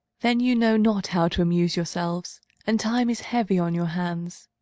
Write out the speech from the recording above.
then you know not how to amuse yourselves and time is heavy on your hands,